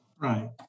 Right